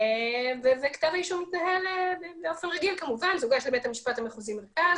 וכתב האישום מתנהל באופן רגיל כמובן בבית משפט מחוזי מרכז.